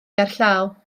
gerllaw